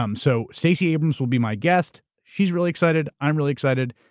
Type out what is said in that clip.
um so stacey abrams will be my guest. she's really excited. i'm really excited.